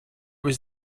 was